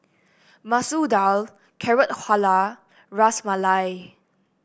Masoor Dal Carrot Halwa Ras Malai